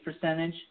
percentage